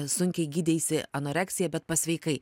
sunkiai gydeisi anoreksiją bet pasveikai